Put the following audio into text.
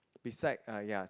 beside uh ya